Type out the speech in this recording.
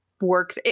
work